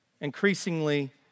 increasingly